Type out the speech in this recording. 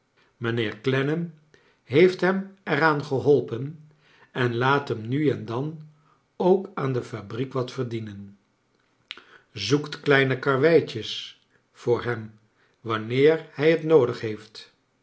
mijnheer clennam heeft hem er aan geholpen en laat hem nu en dan ook aan de fabriek wat verdienen zoekt kleine karweitjes voor hem wanneer hij s t noodig heeft